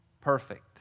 perfect